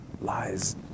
lies